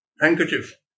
handkerchief